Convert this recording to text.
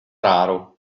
raro